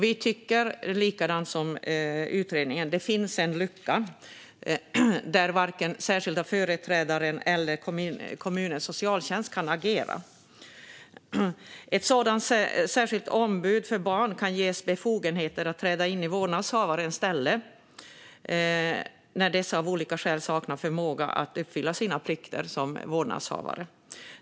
Vi tycker samma sak som utredningen, det vill säga att det finns en lucka där varken den särskilda företrädaren eller kommunens socialtjänst kan agera. Ett sådant särskilt ombud för barn kan ges befogenheter att träda in i vårdnadshavares ställe när dessa av olika skäl saknar förmåga att uppfylla sina plikter som vårdnadshavare.